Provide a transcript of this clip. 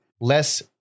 less